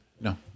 No